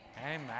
Amen